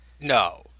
No